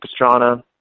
Pastrana